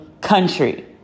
country